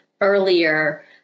earlier